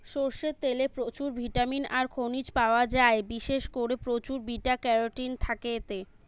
সরষের তেলে প্রচুর ভিটামিন আর খনিজ পায়া যায়, বিশেষ কোরে প্রচুর বিটা ক্যারোটিন থাকে এতে